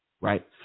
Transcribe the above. right